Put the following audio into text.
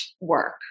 work